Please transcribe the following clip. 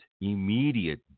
immediate